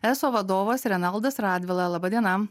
eso vadovas renaldas radvila laba diena